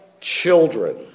children